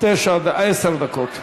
עשר דקות.